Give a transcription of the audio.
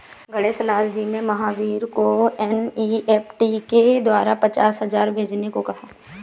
गणेश लाल जी ने महावीर को एन.ई.एफ़.टी के द्वारा पचास हजार भेजने को कहा